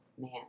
Man